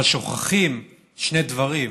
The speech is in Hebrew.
אבל שוכחים שני דברים: